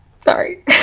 sorry